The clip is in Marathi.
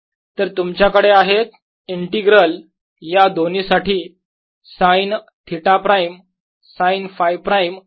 तर तुमच्याकडे आहेत इंटीग्रल या दोन्हीसाठी sine theta prime sine Φ prime ते कोसाइन Φ प्राईम